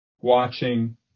watching